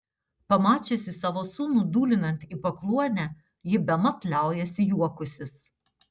pamačiusi savo sūnų dūlinant į pakluonę ji bemat liaujasi juokusis